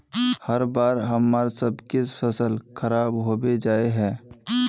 हर बार हम्मर सबके फसल खराब होबे जाए है?